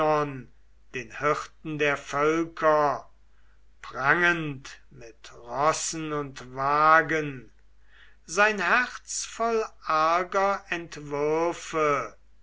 den hirten der völker prangend mit rossen und wagen sein herz voll arger entwürfe